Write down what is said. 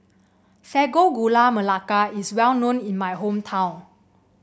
Sago Gula Melaka is well known in my hometown